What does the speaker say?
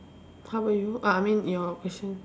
how about you I mean your question